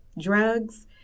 drugs